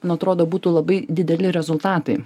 nu atrodo būtų labai dideli rezultatai